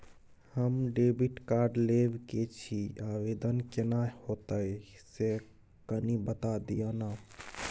हम debit card लेब के छि, आवेदन केना होतै से कनी बता दिय न?